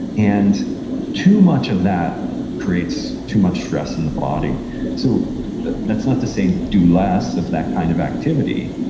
and too much of that creates too much stress in the body so that's not to say do less of that kind of activity,